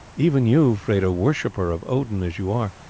even you, freda, worshipper of odin as you are,